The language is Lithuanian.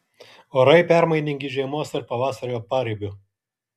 orai permainingi žiemos ir pavasario paribiu